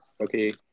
okay